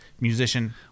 musician